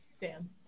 Dan